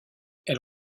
elle